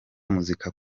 muzika